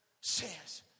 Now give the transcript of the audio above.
Says